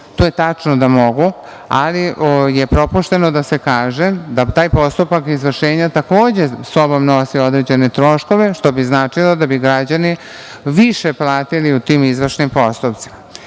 To je tačno da mogu, ali je propušteno da se kaže, da taj postupak izvršenja, takođe sa sobom nosi određene troškove, što bi značilo da bi građani više platili u tim izvršnim postupcima. Moram